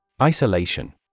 Isolation